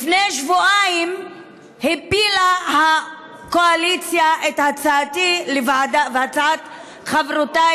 לפני שבועיים הפילה הקואליציה את הצעתי והצעת חברותיי